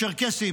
הצ'רקסים,